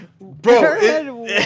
bro